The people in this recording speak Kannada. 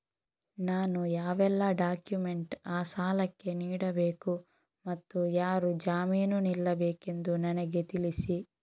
ನಾನು ಯಾವೆಲ್ಲ ಡಾಕ್ಯುಮೆಂಟ್ ಆ ಸಾಲಕ್ಕೆ ನೀಡಬೇಕು ಮತ್ತು ಯಾರು ಜಾಮೀನು ನಿಲ್ಲಬೇಕೆಂದು ನನಗೆ ತಿಳಿಸಿ?